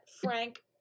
Frank